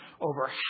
Over